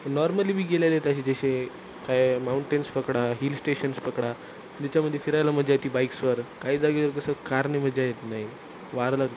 पण नॉर्मली मी गेलेले आहेत असे जसे काय माऊंटेन्स पकडा हिल स्टेशन्स पकडा ज्याच्यामध्ये फिरायला मजा येते बाईक्सवर काही जागेवर कसं कारने मजा येत नाही वारलं